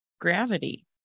gravity